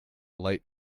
light